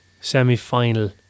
Semi-final